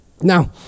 Now